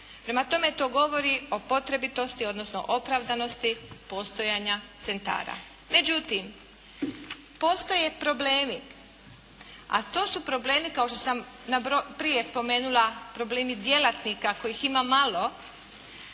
Prema tome, to govori o potrebitosti, odnosno opravdanosti postojanja centara. Međutim, postoje problemi, a to su problemi kao što sam prije spomenula problemi djelatnika kojih ima malo.